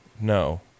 No